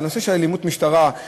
הנושא של אלימות משטרה,